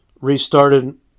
restarted